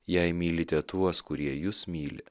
jei mylite tuos kurie jus myli